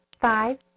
Five